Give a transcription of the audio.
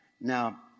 Now